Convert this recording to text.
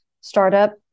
startup